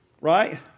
Right